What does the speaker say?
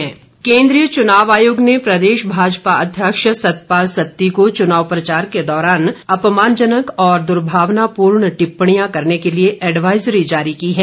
advisory केन्द्रीय चूनाव आयोग ने प्रदेश भाजपा अध्यक्ष सतपाल सत्ती को चूनाव प्रचार के दौरान अपमानजनक और दुर्भावनापूर्ण टिप्पणियां करने के लिए एडवाइज़री जारी की है